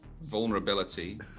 vulnerability